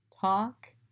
talk